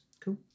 cool